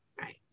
right